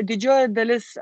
didžioji dalis